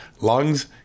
lungs